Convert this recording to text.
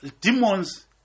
demons